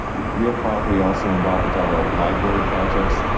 real property also involved with the library projects.